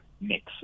mix